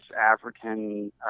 african